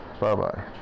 bye-bye